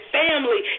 family